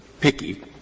picky